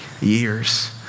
years